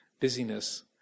busyness